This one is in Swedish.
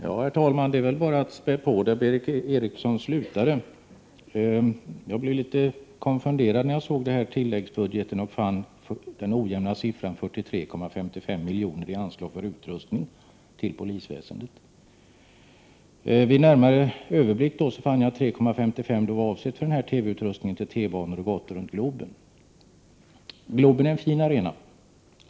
Herr talman! Det är väl bara att spä på där Berith Eriksson slutade. Jag blev litet konfunderad när jag såg den här tilläggsbudgeten och fann den ojämna siffran 43,55 milj.kr. i anslag för utrustning till polisväsendet. Vid närmare studium fann jag att 3,55 milj. var avsedda till TV-utrustning för övervakning av tunnelbanor och gator runt Globen. Globen är en fin arena.